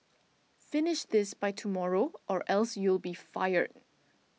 finish this by tomorrow or else you'll be fired